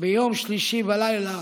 שביום שלישי בלילה